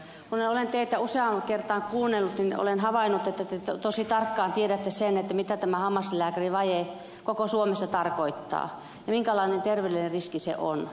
kun olen teitä useaan kertaan kuunnellut niin olen havainnut että te tosi tarkkaan tiedätte sen mitä tämä hammaslääkärivaje koko suomessa tarkoittaa ja minkälainen terveydellinen riski se on